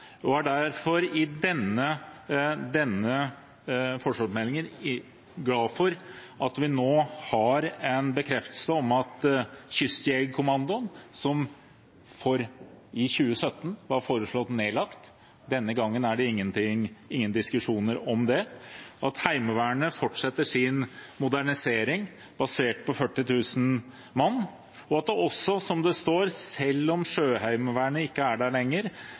er derfor glade for at vi i behandlingen av denne langtidsplanen får en bekreftelse på at Kystjegerkommandoen, som i 2017 var foreslått nedlagt, ikke blir det. Denne gangen er det ingen diskusjoner om det. Vi er glade for at Heimevernet fortsetter sin modernisering basert på 40 000 mann, og at selv om Sjøheimevernet ikke er der lenger,